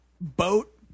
boat